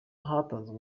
hatanzwe